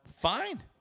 fine